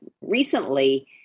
recently